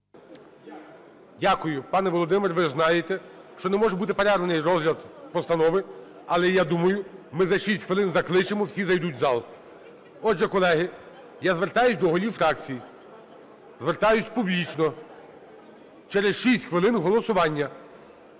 Дякую. Пане Володимир, ви ж знаєте, що не може бути перерваний розгляд постанови. Але я думаю, ми за 6 хвилин закличемо, всі зайдуть в зал. Отже, колеги, я звертаюсь до голів фракцій, звертаюсь публічно: через 6 хвилин голосування,